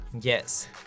yes